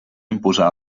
imposar